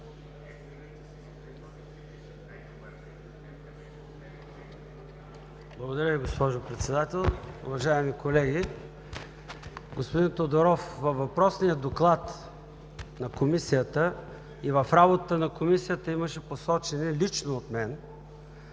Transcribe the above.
Благодаря Ви, госпожо Председател. Уважаеми колеги! Господин Тодоров, във въпросния Доклад на Комисията, и в работата на Комисията, имаше посочени лично от мен